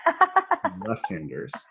left-handers